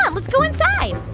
um let's go inside